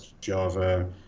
Java